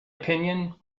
opinion